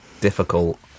difficult